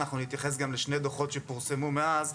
אנחנו נתייחס גם לשני דוחות שפורסמו מאז,